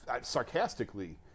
sarcastically